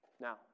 Now